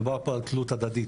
מדובר פה על תלות הדדית,